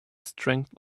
strength